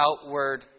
outward